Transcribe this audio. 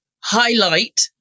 highlight